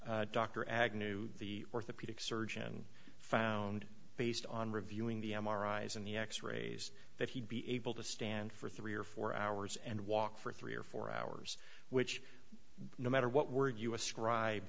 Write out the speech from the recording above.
dr agnew the orthopedic surgeon found based on reviewing the m r i eyes on the x rays that he'd be able to stand for three or four hours and walk for three or four hours which no matter what were you ascribe